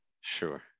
sure